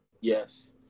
Yes